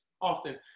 Often